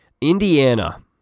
Indiana